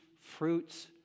fruits